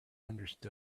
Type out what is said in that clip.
understood